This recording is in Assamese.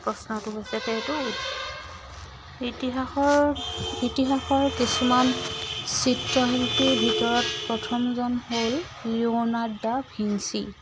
প্ৰশ্নটো হৈছে সেইটো ইতিহাসৰ ইতিহাসৰ কিছুমান চিত্ৰশিল্পীৰ ভিতৰত প্ৰথমজন হ'ল লিওনাৰ্ড' দা ভিন্সি